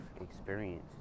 experience